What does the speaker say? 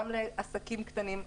גם לעסקים קטנים,